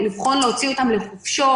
לבחון להוציא לחופשות,